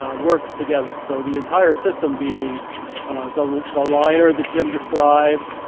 um works together. so the entire system being the the liner, that jim described,